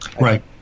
Right